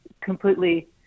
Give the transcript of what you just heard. completely